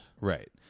Right